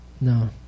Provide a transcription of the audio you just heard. No